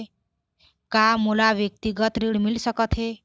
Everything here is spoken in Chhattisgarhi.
का मोला व्यक्तिगत ऋण मिल सकत हे?